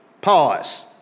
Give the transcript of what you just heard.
Pause